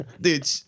dude